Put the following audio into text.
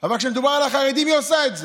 אבל כשמדובר על החרדים היא עושה את זה.